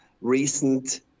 recent